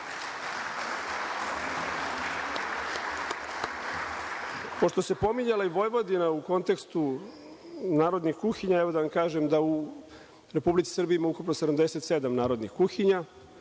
se pominjala i Vojvodina u kontekstu narodne kuhinje, da vam kažem da u Republici Srbiji ima ukupno 77 narodnih kuhinja.